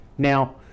Now